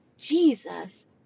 Jesus